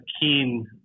keen